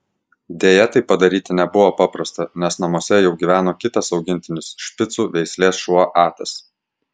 deja tai padaryti nebuvo paprasta nes namuose jau gyveno kitas augintinis špicų veislės šuo atas